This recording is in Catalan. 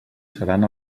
seran